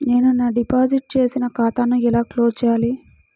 నేను నా డిపాజిట్ చేసిన ఖాతాను ఎలా క్లోజ్ చేయాలి?